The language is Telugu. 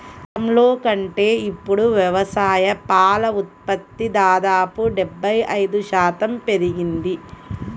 గతంలో కంటే ఇప్పుడు వ్యవసాయ పాల ఉత్పత్తి దాదాపు డెబ్బై ఐదు శాతం పెరిగింది